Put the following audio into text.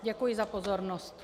Děkuji za pozornost.